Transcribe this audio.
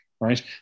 Right